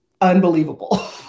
unbelievable